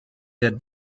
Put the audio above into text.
der